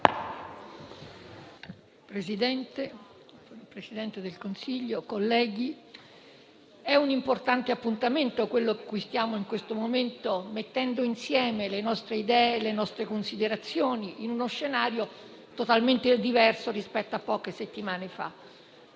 Presidente del Consiglio, colleghi, in questo importante appuntamento stiamo mettendo insieme le nostre idee e le nostre considerazioni in uno scenario totalmente diverso rispetto a poche settimane fa.